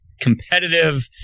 competitive